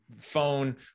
phone